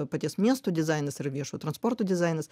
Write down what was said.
paties miesto dizainas yra viešojo transporto dizainas